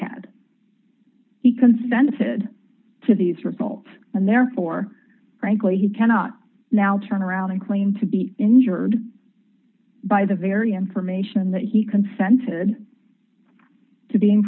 had he consented to these results and therefore frankly he cannot now turn around and claim to be injured by the very information that he consented to being